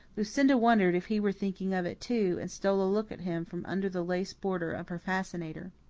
lucinda wondered if he were thinking of it, too, and stole a look at him from under the lace border of her fascinator.